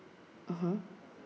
mmhmm